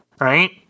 right